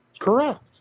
Correct